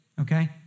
okay